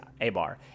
Abar